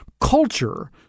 Culture